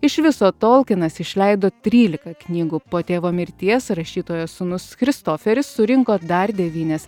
iš viso tolkinas išleido trylika knygų po tėvo mirties rašytojo sūnus christoferis surinko dar devynias